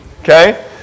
Okay